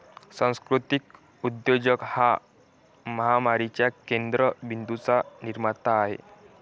सांस्कृतिक उद्योजक हा महामारीच्या केंद्र बिंदूंचा निर्माता आहे